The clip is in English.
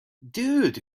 dude